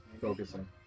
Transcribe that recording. Focusing